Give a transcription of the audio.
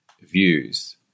views